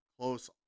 close